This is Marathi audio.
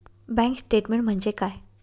बँक स्टेटमेन्ट म्हणजे काय?